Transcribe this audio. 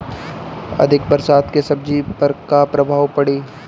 अधिक बरसात के सब्जी पर का प्रभाव पड़ी?